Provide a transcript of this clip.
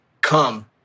come